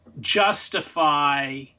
justify